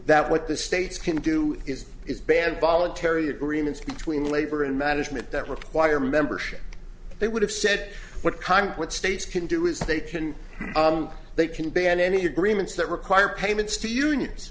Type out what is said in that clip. that what the states can do is is banned voluntary agreements between labor and management that require membership they would have said what concrete states can do is they can they can ban any agreements that require payments to unions